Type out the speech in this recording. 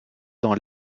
dans